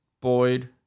Boyd